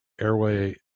airway